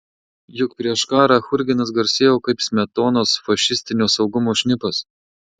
juk prieš karą churginas garsėjo kaip smetonos fašistinio saugumo šnipas